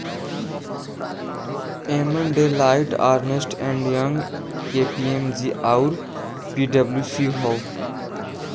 एमन Deloitte, Ernst and Young, KPMG आउर पी.डब्ल्यू.सी हौ